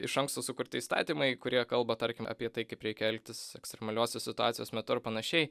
iš anksto sukurti įstatymai kurie kalba tarkim apie tai kaip reikia elgtis ekstremaliosios situacijos metu ir panašiai